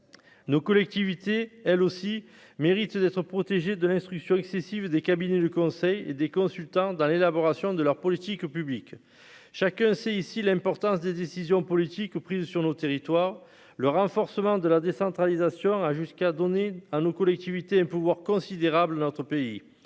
nos collectivités elles aussi méritent d'être protégés de l'instruction excessive des cabinets de conseil des consultants dans l'élaboration de leurs politiques publiques chacun sait ici l'importance des décisions politiques prises sur nos territoires, le renforcement de la décentralisation a jusqu'à donner à nos collectivités pouvoir considérable entre pays,